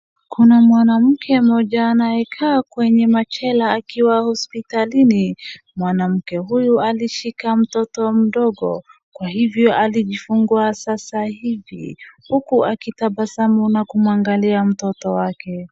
Kuna mwanamke mmoja anayekaa kwenye machela akiwa hospitalini. Mwanamke huyu alishika mtoto mdogo kwa hivyo alijifungua sasa hivi sasa akitabasamu na kumwangalia mtoto wake.